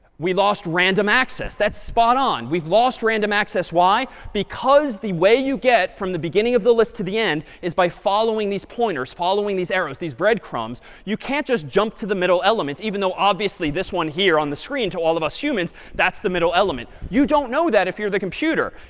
we lost random access. that's spot on. we've lost random access. why? because the way you get from the beginning of the list to the end is by following these pointers, following these arrows, these breadcrumbs, you can't just jump to the middle elements, even though obviously this one here on the screen to all of us humans, that's the middle element. you don't know that if you're the computer.